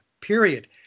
period